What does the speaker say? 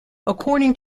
according